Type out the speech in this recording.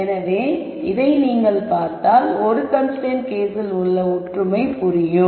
எனவே இதை நீங்கள் பார்த்தால் ஒரு கன்ஸ்ரைன்ட் கேஸில் உள்ள ஒற்றுமை புரியும்